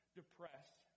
depressed